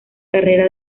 carrera